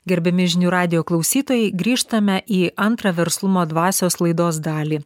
gerbiami žinių radijo klausytojai grįžtame į antrą verslumo dvasios laidos dalį